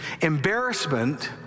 Embarrassment